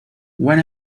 when